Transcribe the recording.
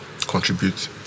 contribute